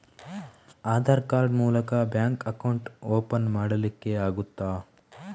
Aadhaar card ಮೂಲಕ bank account open ಮಾಡಲಿಕ್ಕೆ ಆಗುತಾ?